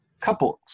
couples